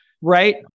Right